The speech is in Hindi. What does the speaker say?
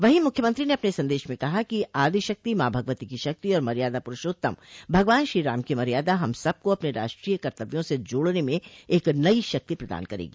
वहीं मुख्यमंत्री ने अपने संदेश में कहा कि आदि शक्ति माँ भगवती की शक्ति और मर्यादा पुरूषोत्तम भगवान श्रीराम की मर्यादा हम सबको अपने राष्ट्रीय कर्तव्यों से जोड़ने में एक नई शक्ति प्रदान करेगी